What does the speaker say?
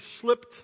slipped